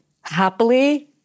Happily